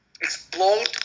explode